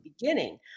beginning